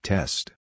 Test